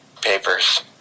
papers